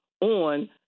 on